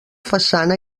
façana